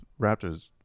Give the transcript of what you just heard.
Raptors